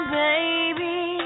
baby